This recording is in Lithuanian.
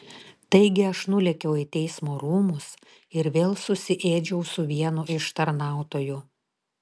taigi aš nulėkiau į teismo rūmus ir vėl susiėdžiau su vienu iš tarnautojų